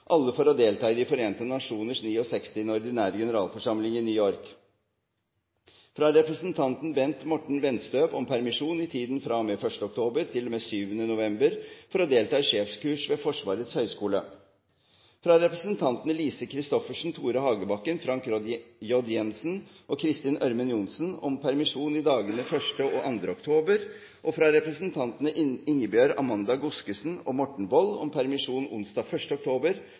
alle for å delta i De forente nasjoners 69. ordinære generalforsamling i New York – fra representanten Bengt Morten Wenstøb om permisjon i tiden fra og med 1. oktober til og med 7. november for å delta i sjefskurs ved Forsvarets høgskole – fra representantene Lise Christoffersen, Tore Hagebakken, Frank J. Jenssen og Kristin Ørmen Johnsen om permisjon i dagene 1. og 2. oktober, og fra representantene Ingebjørg Amanda Godskesen og Morten Wold om permisjon onsdag